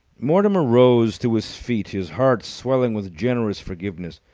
mortimer rose to his feet, his heart swelling with generous forgiveness.